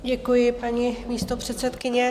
Děkuji, paní místopředsedkyně.